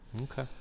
Okay